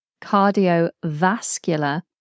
cardiovascular